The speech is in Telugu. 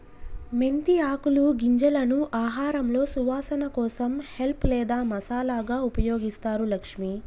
మెంతి ఆకులు గింజలను ఆహారంలో సువాసన కోసం హెల్ప్ లేదా మసాలాగా ఉపయోగిస్తారు లక్ష్మి